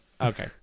Okay